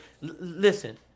Listen